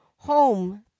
home